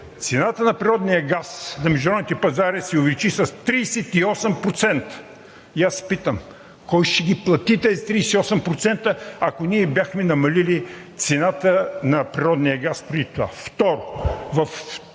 цената на природния газ на международните пазари се увеличи с 38%. Питам: кой ще ги плати тези 38%, ако ние бяхме намалили цената на природния газ преди това?